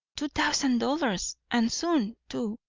two thousand dollars! and soon, too,